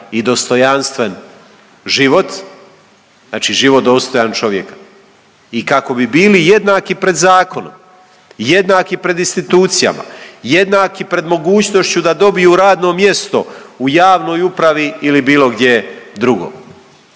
i dostojanstven život. Znači život dostojan čovjeka i kako bi bili jednaki pred zakonom, jednaki pred institucijama, jednaki pred mogućnošću da dobiju radno mjesto u javnoj upravi ili bilo gdje drugo.